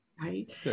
Right